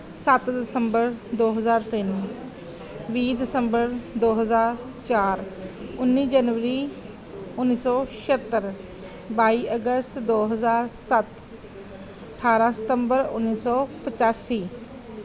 ਸੱਤ ਦਸੰਬਰ ਦੋ ਹਜ਼ਾਰ ਤਿੰਨ ਵੀਹ ਦਸੰਬਰ ਦੋ ਹਜ਼ਾਰ ਚਾਰ ਉੱਨੀ ਜਨਵਰੀ ਉੱਨੀ ਸੌ ਛੇਹੱਤਰ ਬਾਈ ਅਗਸਤ ਦੋ ਹਜ਼ਾਰ ਸੱਤ ਅਠਾਰਾਂ ਸਤੰਬਰ ਉੱਨੀ ਸੌ ਪਚਾਸੀ